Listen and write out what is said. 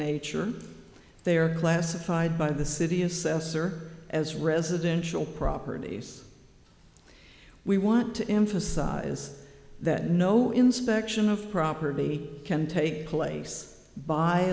nature they are classified by the city assessor as residential properties we want to emphasize that no inspection of property can take place by